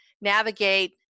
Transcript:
Navigate